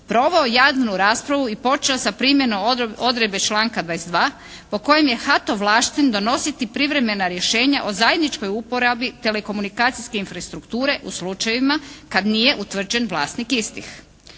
proveo javnu raspravu i počeo sa primjenom odredbe članka 22. po kojem je HAT ovlašten donositi privremena rješenja o zajedničkoj uporabi telekomunikacijske infrastrukture u slučajevima kad nije utvrđen vlasnik istih.